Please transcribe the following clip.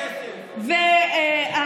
שייסעו לתל אביב וישלמו כסף.